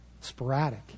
sporadic